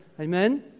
Amen